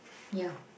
ya